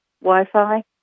Wi-Fi